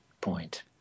point